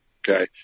okay